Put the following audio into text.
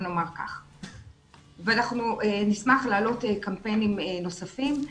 אנחנו נשמח להעלות קמפיינים נוספים.